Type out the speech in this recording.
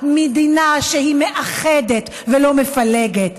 מדינה שהיא מאחדת ולא מפלגת?